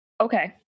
okay